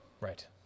Right